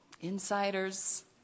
insiders